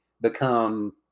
become